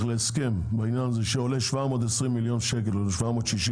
להסכם בעניין הזה שעולה 720 מיליון שקלים או 760,